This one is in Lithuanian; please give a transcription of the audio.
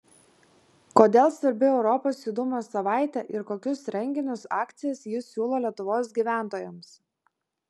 kodėl svarbi europos judumo savaitė ir kokius renginius akcijas ji siūlo lietuvos gyventojams